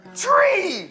tree